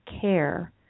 care